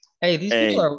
Hey